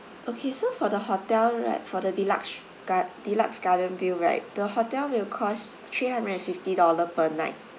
okay so for the hotel right for the deluxe gar~ deluxe garden view right the hotel will cost three hundred and fifty dollar per night